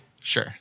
Sure